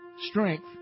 strength